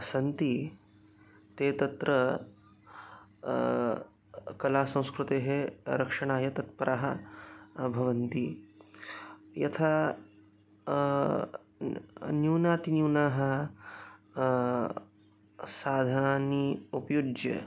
सन्ति ते तत्र कलासंस्कृतेः रक्षणाय तत्पराः भवन्ति यथा न्यूनातिन्यूनं साधनानि उपयुज्य